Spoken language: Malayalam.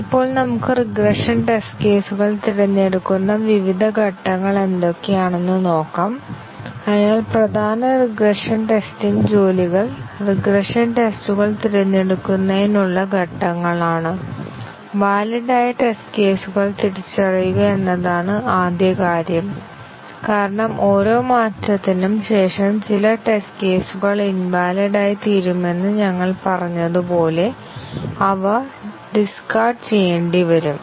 ഇപ്പോൾ നമുക്ക് റിഗ്രഷൻ ടെസ്റ്റ് കേസുകൾ തിരഞ്ഞെടുക്കുന്ന വിവിധ ഘട്ടങ്ങൾ എന്തൊക്കെയാണെന്ന് നോക്കാം അതിനാൽ പ്രധാന റിഗ്രഷൻ ടെസ്റ്റിംഗ് ജോലികൾ റിഗ്രഷൻ ടെസ്റ്റുകൾ തിരഞ്ഞെടുക്കുന്നതിനുള്ള ഘട്ടങ്ങളാണ് വാലിഡ് ആയ ടെസ്റ്റ് കേസുകൾ തിരിച്ചറിയുക എന്നതാണ് ആദ്യ കാര്യം കാരണം ഓരോ മാറ്റത്തിനും ശേഷം ചില ടെസ്റ്റ് കേസുകൾ ഇൻവാലിഡ് ആയി തീരുമെന്ന് ഞങ്ങൾ പറഞ്ഞതുപോലെ അവ ഡിസ്കർഡ് ചെയ്യേണ്ടി വരും